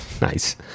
nice